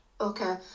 Okay